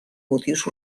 motius